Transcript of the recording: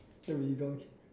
that will be damn